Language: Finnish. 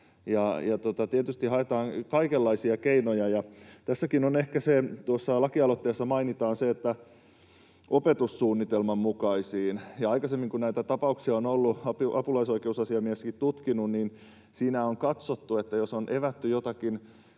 Tietysti haetaan kaikenlaisia keinoja. Tuossa lakialoitteessa mainitaan se, että ”opetussuunnitelman mukaisiin”, ja aikaisemmin, kun näitä tapauksia on ollut ja apulaisoikeusasiamieskin tutkinut, niin siinä on katsottu, että jos on evätty jotakin...